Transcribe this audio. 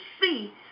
see